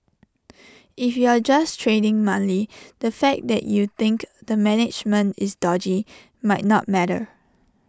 if you're just trading monthly the fact that you think the management is dodgy might not matter